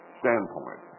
standpoint